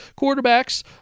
quarterbacks